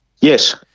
Yes